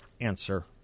answer